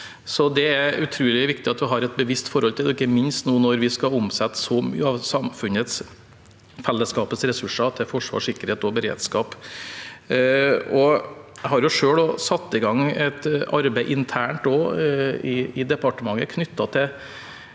Det er utrolig viktig at vi har et bevisst forhold til det, ikke minst når vi nå skal omsette så mye av samfunnets og fellesskapets ressurser til forsvar, sikkerhet og beredskap. Jeg har selv satt i gang et arbeid internt i departementet knyttet til